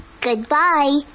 Goodbye